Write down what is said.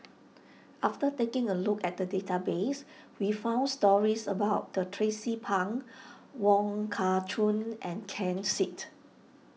after taking a look at the database we found stories about Tracie Pang Wong Kah Chun and Ken Seet